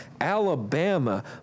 Alabama